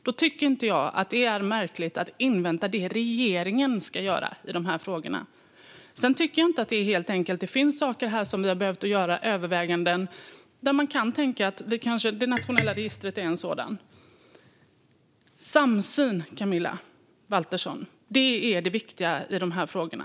Då tycker jag inte att det är märkligt att invänta det regeringen ska göra i dessa frågor. Jag tycker inte heller att det är helt enkelt. Det finns saker där vi har behövt göra överväganden. Det nationella registret är ett exempel. Samsyn, Camilla Waltersson Grönvall, är dock det viktiga i de här frågorna.